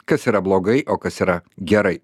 kas yra blogai o kas yra gerai